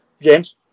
James